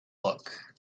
book